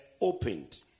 opened